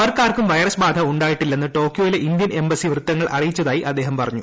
അവർക്കാർക്കും virus ബാധ ഉണ്ടായിട്ടില്ലെന്ന് ടോക്കിയോയിലെ ഇന്തൃൻ എംബസി വൃത്തങ്ങൾ അറിയിച്ചതായി അദ്ദേഹം പറഞ്ഞു